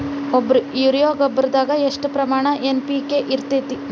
ಒಂದು ಯೂರಿಯಾ ಗೊಬ್ಬರದಾಗ್ ಎಷ್ಟ ಪ್ರಮಾಣ ಎನ್.ಪಿ.ಕೆ ಇರತೇತಿ?